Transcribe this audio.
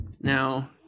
Now